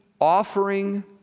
offering